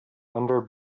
under